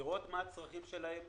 לראות מה הצרכים שלהם,